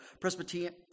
Presbyterian